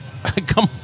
come